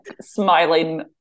smiling